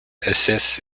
assists